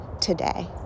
today